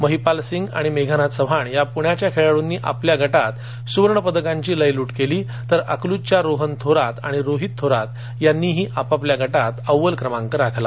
महीपाल सिंग आणि मेघना चव्हाण या पुण्याच्या खेळाडूंनी आपल्या गटात सुवर्णपदकांची लयलुट केली तर अकल्जच्या रोहन थोरात आणि रोहीत थोरात यांनीही आपपल्या गटात अव्वल क्रमांक राखला